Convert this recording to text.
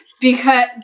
because-